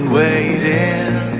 waiting